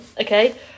okay